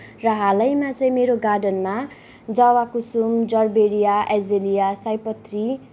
र हालैमा चाहिँ मेरो गार्डनमा जबकुसुम जरबेरिया एल्जेरिया सयपत्री